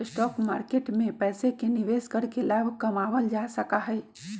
stock market में पैसे के निवेश करके लाभ कमावल जा सका हई